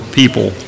people